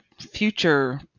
future